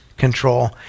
control